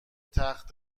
تخت